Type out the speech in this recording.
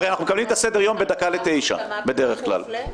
הרי אנחנו מקבלים את סדר היום בדקה לתשע בדרך כלל.